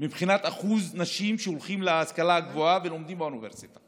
מבחינת אחוז נשים שהולכות להשכלה הגבוהה ולומדות באוניברסיטה,